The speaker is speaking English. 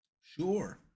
Sure